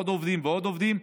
עוד עובדים ועוד עובדים,